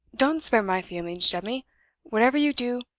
don't spare my feelings, jemmy whatever you do,